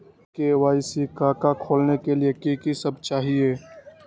KYC का का खोलने के लिए कि सब चाहिए?